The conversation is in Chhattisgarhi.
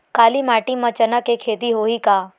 काली माटी म चना के खेती होही का?